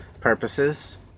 purposes